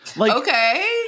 Okay